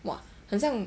!wah! 很像